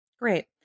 great